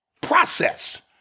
process